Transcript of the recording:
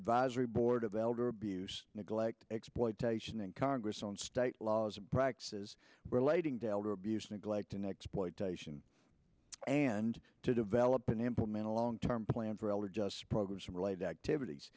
advisory board of elder abuse neglect exploitation in congress on state laws and practices relating to elder abuse neglect and exploitation and to develop and implement a long term plan for elder just programs and related activities